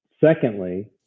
Secondly